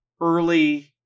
early